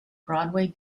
broadway